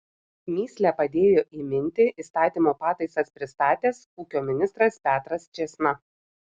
mįslę padėjo įminti įstatymo pataisas pristatęs ūkio ministras petras čėsna